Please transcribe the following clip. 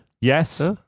Yes